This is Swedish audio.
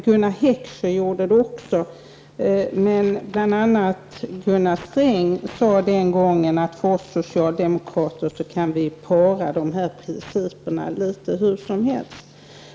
Gunnar Heckscher gjorde det också, men bl.a. Gunnar Sträng sade den gången att vi socialdemokrater kan para principerna litet hur som helst.